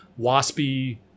waspy